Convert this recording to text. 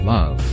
Love